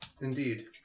Indeed